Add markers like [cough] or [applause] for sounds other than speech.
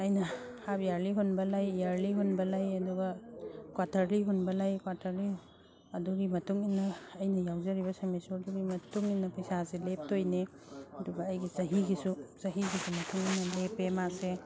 ꯑꯩꯅ ꯍꯥꯐ ꯏꯌꯔꯂꯤ ꯍꯨꯟꯕ ꯂꯩ ꯏꯌꯔꯂꯤ ꯍꯨꯟꯕ ꯂꯩ ꯑꯗꯨꯒ ꯀ꯭ꯋꯥꯇꯔꯂꯤ ꯍꯨꯟꯕ ꯂꯩ ꯀ꯭ꯋꯥꯇꯔꯂꯤ ꯑꯗꯨꯒꯤ ꯃꯇꯨꯡꯏꯟꯅ ꯑꯩꯅ ꯌꯥꯎꯖꯔꯤꯕ [unintelligible] ꯃꯇꯨꯡ ꯏꯟꯅ ꯄꯩꯁꯥꯁꯦ ꯂꯦꯞꯇꯣꯏꯅꯦ ꯑꯗꯨꯒ ꯑꯩꯒꯤ ꯆꯍꯤꯒꯤꯁꯨ ꯆꯍꯤꯒꯤꯁꯨ ꯃꯇꯨꯡ ꯏꯟꯅ ꯂꯦꯞꯄꯦ ꯃꯥꯁꯦ